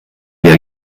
der